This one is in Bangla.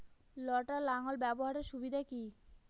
লটার লাঙ্গল ব্যবহারের সুবিধা কি?